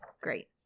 great